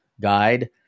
guide